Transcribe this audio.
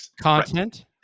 content